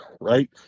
right